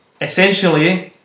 Essentially